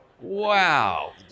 Wow